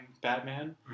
Batman